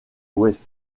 ouest